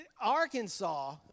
Arkansas